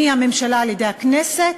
מהממשלה על-ידי הכנסת,